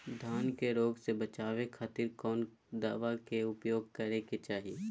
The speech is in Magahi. धान के रोग से बचावे खातिर कौन दवा के उपयोग करें कि चाहे?